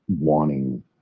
wanting